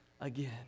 again